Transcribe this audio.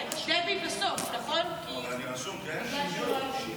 אני רשום, נכון?